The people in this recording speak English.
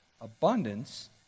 abundance